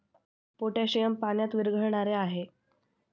potassium पाण्यात विरघळणारे आहे